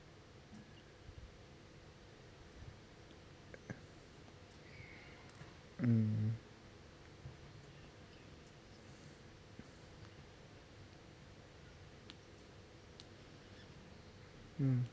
mmhmm mm